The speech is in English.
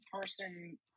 person